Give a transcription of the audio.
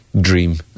dream